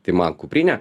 tai man kuprinė